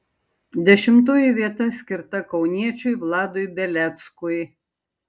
dešimtoji vieta skirta kauniečiui vladui beleckui